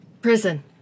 Prison